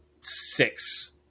six